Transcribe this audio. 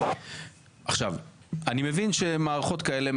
אני מבין שמערכות כאלה,